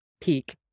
peak